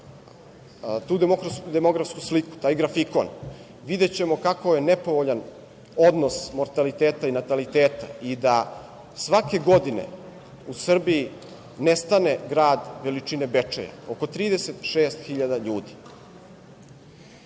tu demografsku sliku, taj grafikon videćemo kako je nepovoljan odnos mortaliteta i nataliteta i da svake godine u Srbiji nestane grad veličine Bečeja, oko 36.000